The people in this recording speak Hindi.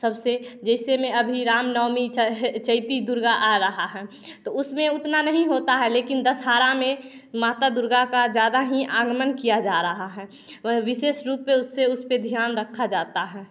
सबसे जैसे मैं अभी रामनवमी चैती दुर्गा आ रहा है तो उसमें उतना नहीं होता है लेकिन दशहरा में माता दुर्गा का ज़्यादा ही आगमन किया जा रहा है पर विशेष रूप से उससे उसपे ध्यान रखा जाता है